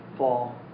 fall